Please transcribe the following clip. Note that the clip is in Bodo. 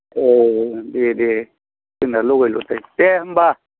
औ दे दे जोंना लगाय लथाय दे होनबा